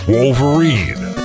Wolverine